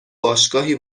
باشگاهی